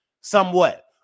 somewhat